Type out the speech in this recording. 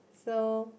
so